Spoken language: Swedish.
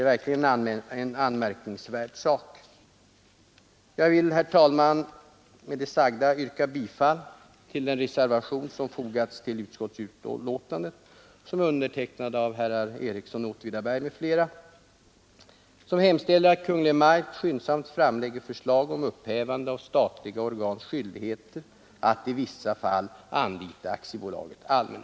Jag vill, herr talman, med det sagda yrka bifall till den reservation av herr Ericsson i Åtvidaberg m.fl. som fogats vid utskottsbetänkandet. I den reservationen hemställs att ”Kungl. Maj:t skyndsamt framlägger förslag om upphävande av statliga organs skyldighet att i vissa fall anlita AB Allmänna förlaget”.